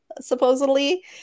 supposedly